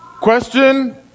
Question